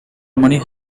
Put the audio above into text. money